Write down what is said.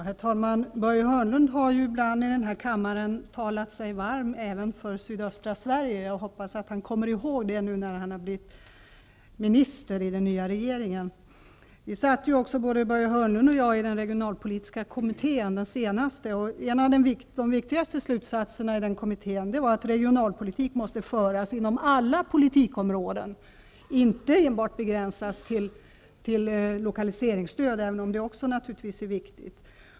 Herr talman! Börje Hörnlund har ibland i kammaren talat sig varm även för sydöstra Sverige -- jag hoppas att han kommer ihåg det nu, när han har blivit minister i den nya regeringen. Börje Hörnlund och jag satt båda i den senaste regionalpolitiska kommittén, och en av de viktigaste slutsatserna där var att regionalpolitik måste föras inom alla politikområden, och inte enbart begränsas till lokaliseringsstöd, även om det naturligtvis också är viktigt.